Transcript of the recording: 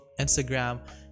Instagram